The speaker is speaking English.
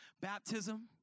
baptism